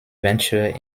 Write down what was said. venture